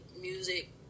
music